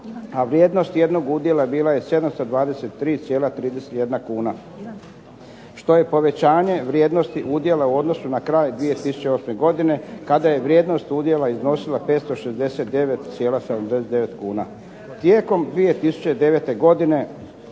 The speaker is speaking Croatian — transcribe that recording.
a vrijednost jednog udjela bila je 723,31 kuna što je povećanje vrijednosti udjela u odnosu na kraj 2008. godine kada je vrijednost udjela iznosila 569,79 kn. Tijekom 2009. godine